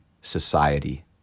society